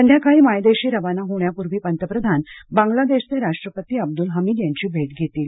संद्याकाळी मायदेशी रवाना होण्यापूर्वी पंतप्रधान बंगला देशचे राष्ट्रपती अब्दुल हमीद यांची भेट घेतील